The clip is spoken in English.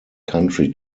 country